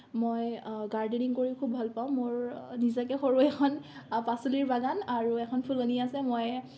মই গাৰ্ডেনিং কৰিও খুব ভাল পাওঁ মোৰ নিজাকে সৰু এখন পাচলিৰ বাগান আৰু এখন ফুলনি আছে মই